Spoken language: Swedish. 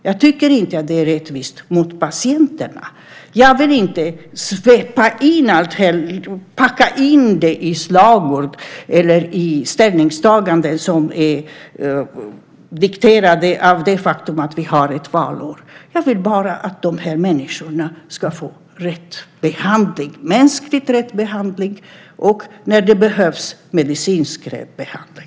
Jag tycker inte att det är rättvist mot patienterna. Jag vill inte svepa in det här och packa in det i slagord eller i ställningstaganden som är dikterade av det faktum att vi har ett valår. Jag vill bara att de här människorna ska få rätt behandling - mänskligt rätt behandling och, när det behövs, medicinskt rätt behandling.